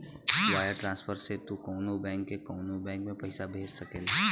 wire transfer से तू कउनो बैंक से कउनो बैंक में पइसा भेज सकेला